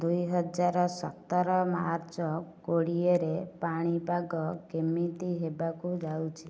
ଦୁଇ ହଜାର ସତର ମାର୍ଚ୍ଚ୍ କୋଡ଼ିଏରେ ପାଣିପାଗ କେମିତି ହେବାକୁ ଯାଉଛି